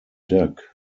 duck